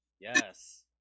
Yes